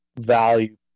value